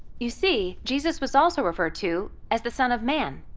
you see, jesus was also referred to as the son of man,